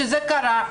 כשזה קרה,